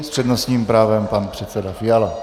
S přednostním právem pan předseda Fiala.